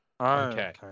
Okay